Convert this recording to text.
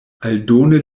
aldone